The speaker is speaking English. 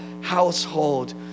household